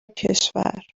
کشور